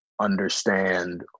understand